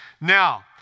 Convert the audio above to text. Now